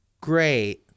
great